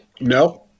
No